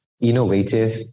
innovative